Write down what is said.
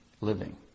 living